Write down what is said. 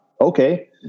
Okay